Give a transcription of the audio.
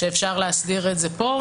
שאפשר להסדיר את זה כאן.